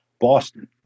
Boston